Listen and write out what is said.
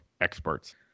experts